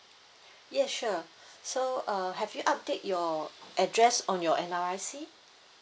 yes sure so uh have you update your address and your N_R_I_C